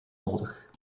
nodig